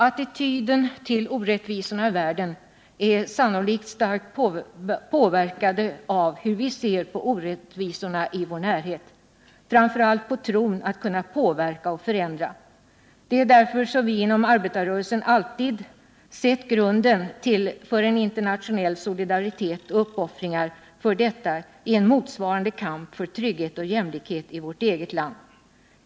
Attityden till orättvisorna i världen är sannolikt starkt påverkad av hur vi ser på orättvisorna i vår närhet, och det gäller framför allt i vad avser tron på att kunna påverka och förändra. Det är därför som vi inom arbetarrörelsen alltid sett grunden för en internationell solidaritet och uppoffringar för den i en motsvarande kamp för trygghet och jämlikhet i vårt eget land.